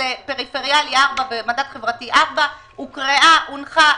לפריפריאלי ומדד חברתי 4 הוקראה והונחה,